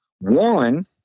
One